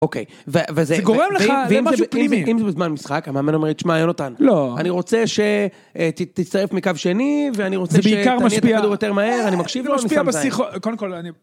אוקיי, וזה גורם לך, זה משהו פנימי. אם זה בזמן משחק, המאמן אומר לי, תשמע, יונתן, לא, אני רוצה שתצטרף מקו שני, ואני רוצה, זה בעיקר משפיע, שתעביר את הכדור יותר מהר, אה, אני מקשיב לו, זה משפיע בשיחות קודם כל.